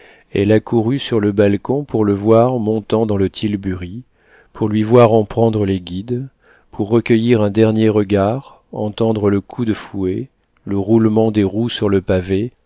elle accourut sur le balcon pour le voir montant dans le tilbury pour lui voir en prendre les guides pour recueillir un dernier regard entendre le coup de fouet le roulement des roues sur le pavé